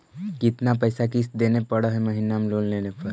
कितना पैसा किस्त देने पड़ है महीना में लोन लेने पर?